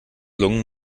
lungen